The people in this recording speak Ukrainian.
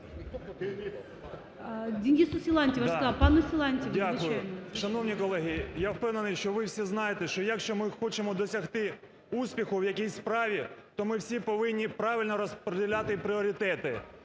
пану Силантьєву, звичайно. 11:46:46 СИЛАНТЬЄВ Д.О. Дякую. Шановні колеги, я впевнений, що ви всі знаєте, що якщо ми хочемо досягти успіху в якійсь справі, то ми всі повинні правильно розподіляти пріоритети.